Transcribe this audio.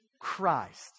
Christ